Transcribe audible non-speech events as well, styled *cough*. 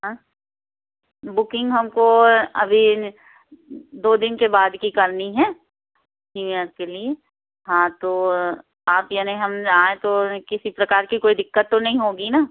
हाँ बुकिंग हमको अभी न दो दिन के बाद की करनी है *unintelligible* के लिए हाँ तो आप यानी हम आएँ तो किसी प्रकार की दिक्कत तो नहीं होगी ना